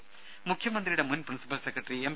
രുര മുഖ്യമന്ത്രിയുടെ മുൻ പ്രിൻസിപ്പൽ സെക്രട്ടറി എം